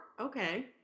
okay